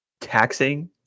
taxing